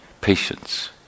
patience